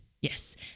Yes